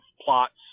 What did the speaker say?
plots